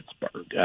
Pittsburgh